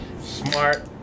Smart